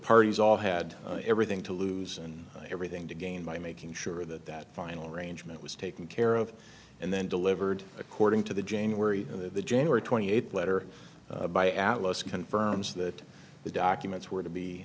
parties all had everything to lose and everything to gain by making sure that that final arrangement was taken care of and then delivered according to the january other the january twenty eighth letter by atlas confirms that the documents were to be